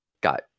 Got